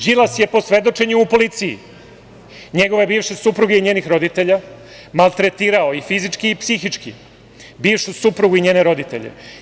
Đilas je, po svedočenju u policiji, njegova bivše supruge i njenih roditelja, maltretirao, i fizički i psihički, bivšu suprugu i njene roditelje.